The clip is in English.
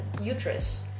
uterus